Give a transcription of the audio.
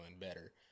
better